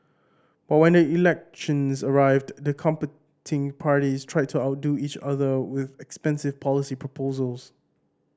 but when the elections arrived the competing parties tried to outdo each other with expensive policy proposals